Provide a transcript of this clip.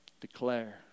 declare